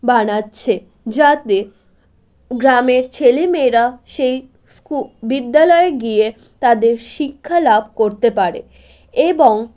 বানাচ্ছে যাতে গ্রামের ছেলে মেয়েরা সেই স্কু বিদ্যালয়ে গিয়ে তাদের শিক্ষালাভ করতে পারে এবং